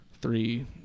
three